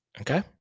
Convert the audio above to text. Okay